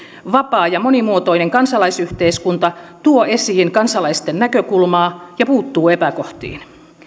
vapaa ja monimuotoinen kansalaisyhteiskunta tuo esiin kansalaisten näkökulmaa ja puuttuu epäkohtiin